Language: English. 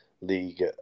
league